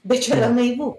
bet čia yra naivu